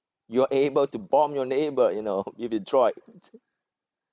you're able to bomb your neighbour you know if it droid